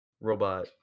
robot